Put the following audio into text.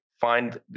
find